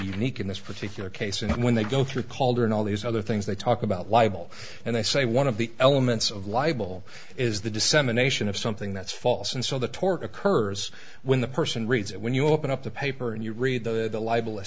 unique in this particular case and when they go through calder and all these other things they talk about libel and i say one of the elements of libel is the dissemination of something that's false and so the torque occurs when the person reads it when you open up the paper and you read the lib